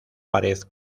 pared